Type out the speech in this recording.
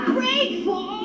Grateful